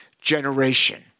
generation